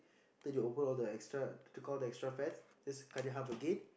then you open all the extra took all the extra fats just to cut it half again